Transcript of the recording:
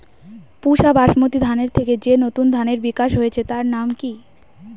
পুসা বাসমতি ধানের থেকে যে নতুন ধানের বিকাশ হয়েছে তার নাম কি?